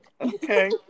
Okay